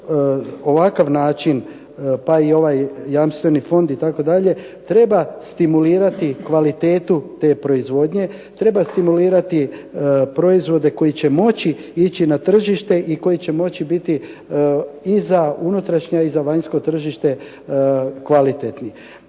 ovakav način pa i ovaj jamstveni fond itd., treba stimulirati kvalitetu te proizvodnje. Treba stimulirati proizvode koji će moći ići na tržište i koji će moći biti i za unutrašnje i za vanjsko tržište kvalitetni.